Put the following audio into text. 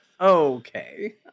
Okay